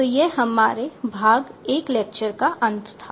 तो यह हमारे भाग एक लेक्चर का अंत था